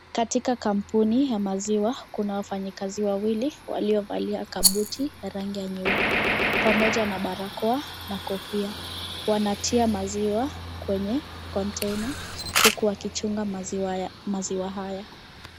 Katika kampuni ya maziwa kuna wafanyikazi wawili waliovalia kabuti ya rangi ya nyeupe pamoja na barakoa na kofia. Wanatia maziwa kwenye konteina huku wakichunga maziwa haya.